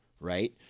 right